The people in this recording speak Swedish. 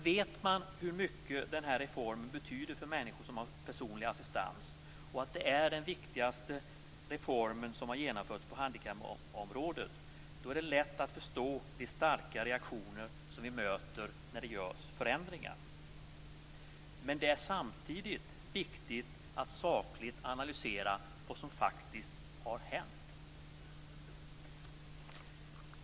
Vet man hur mycket den här reformen betyder för människor som har personlig assistans, och att det är den viktigaste reformen som har genomförts på handikappområdet, är det lätt att förstå de starka reaktioner som vi möter när det görs förändringar. Men det är samtidigt viktigt att sakligt analysera vad som faktiskt har hänt.